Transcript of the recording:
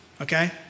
okay